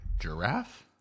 giraffe